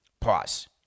pause